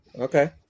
Okay